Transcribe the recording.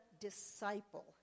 disciple